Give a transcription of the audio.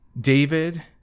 David